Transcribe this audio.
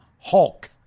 Hulk